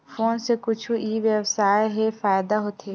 Phone से कुछु ई व्यवसाय हे फ़ायदा होथे?